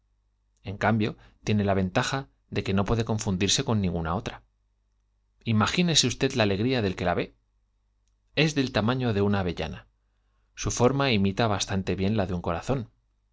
en cambio tiene la ventaja de que no puede confundirse con ninguna otra i imagínese usted la alegría del que la ve es del tamaño de una avellana su forma imita bastante bien la de un corazón